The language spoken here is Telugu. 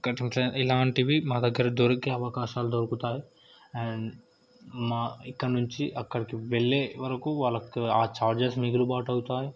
ఇంకా ఇలాంటివి మా దగ్గర దొరికే అవకాశాలు దొరుకుతాయి అండ్ మా ఇక్కడ నుంచి అక్కడికి వెళ్ళే వరకు వాళ్ళకి ఆ చార్జెస్ మిగులుబాటు అవుతాయి